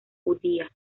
judía